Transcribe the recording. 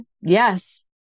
Yes